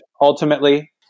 ultimately